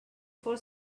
for